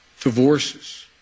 divorces